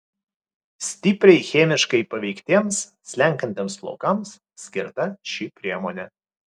stipriai chemiškai paveiktiems slenkantiems plaukams skirta ši priemonė